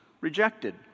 rejected